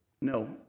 No